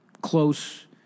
close